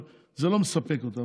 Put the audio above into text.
אבל זה לא מספק אותם,